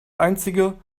einzige